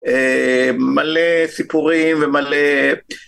מלא סיפורים ומלא...